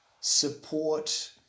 support